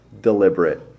deliberate